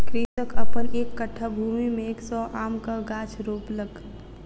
कृषक अपन एक कट्ठा भूमि में एक सौ आमक गाछ रोपलक